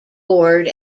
board